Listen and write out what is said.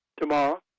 tomorrow